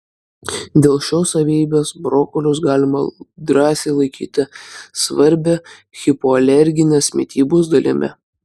dėl šios savybės brokolius galima drąsiai laikyti svarbia hipoalerginės mitybos dalimi